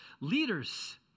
leaders